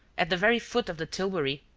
at the very foot of the tilbury,